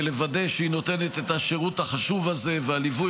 ולוודא שהיא נותנת את השירות החשוב הזה ואת הליווי